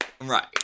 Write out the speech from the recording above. Right